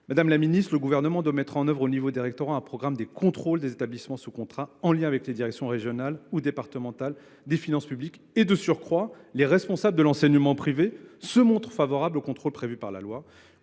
Madame la ministre, le Gouvernement doit mettre en œuvre, à l’échelon des rectorats, un programme de contrôle des établissements sous contrat, en lien avec les directions régionales ou départementales des finances publiques. De surcroît, les responsables de l’enseignement privé se montrent favorables au contrôle prévu par la loi.